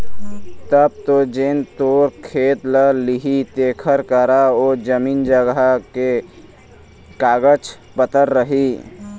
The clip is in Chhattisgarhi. तब तो जेन तोर खेत ल लिही तेखर करा ओ जमीन जघा के कागज पतर रही